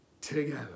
together